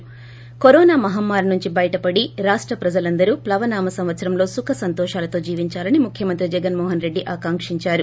శి కరోనా మహమ్మారి నుంచి బయిటపడి రాష్ట ప్రజలందరూ శ్రీ ప్లవనామ సంవత్సరంలో సుఖసంతోషాలతో జీవించాలని ముఖ్యమంత్రి జగన్ మోహన్ రెడ్డి ఆకాంకించారు